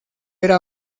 era